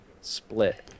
split